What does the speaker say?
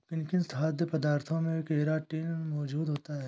किन किन खाद्य पदार्थों में केराटिन मोजूद होता है?